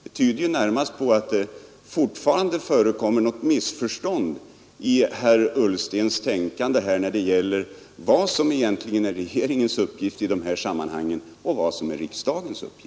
Det tyder i annat fall närmast på att det fortfarande förekommer något missförstånd i herr Ullstens tänkande när det gäller vad som egentligen är regeringens uppgift i de här sammanhangen och vad som är riksdagens uppgift.